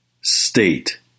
state